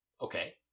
Okay